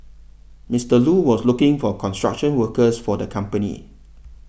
Mister Lu was looking for construction workers for the company